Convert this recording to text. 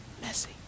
messy